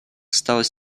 осталось